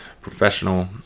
professional